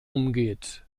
umgeht